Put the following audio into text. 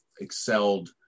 excelled